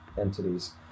entities